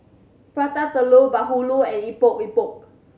Prata Telur bahulu and Epok Epok